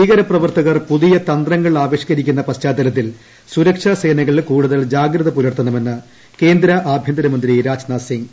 ഭീകരപ്രവർത്തകർ പൂതിയ തന്ത്രങ്ങൾ ആവിഷ്ക്കരിക്കുന്ന പശ്ചാത്തലത്തിൽ സുരക്ഷാ സേനകൾ കൂടുതൽ ജാഗ്രത പുലർത്തണമെന്ന് കേന്ദ്ര ആഭ്യന്തരമന്ത്രി രാജ്നാഥ് സിംഗ്